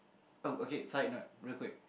oh okay side note real quick